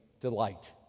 delight